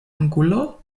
angulo